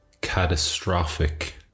catastrophic